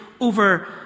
over